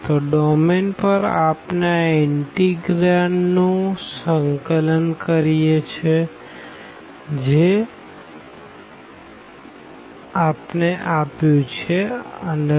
તોડોમેન પર આપણે આ ઇનટેગ્રાન્ડ નું સંકલન કરીએ છે જે છે 1fx2